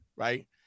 Right